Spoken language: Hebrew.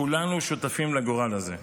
כולנו שותפים לגורל הזה.